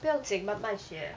不用经慢慢学